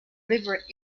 river